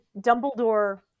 Dumbledore